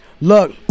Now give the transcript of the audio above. Look